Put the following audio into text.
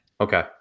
Okay